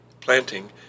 planting